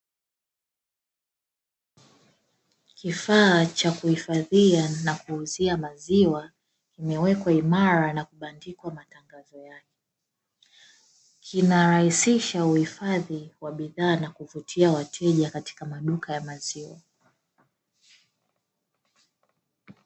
Kifaa cha kuhifadhia na kuuzia maziwa, kimewekwa imara na kubandikwa matangazo yake. Kinarahisisha uhifadhi wa bidhaa na kuvutia wateja katika maduka ya maziwa.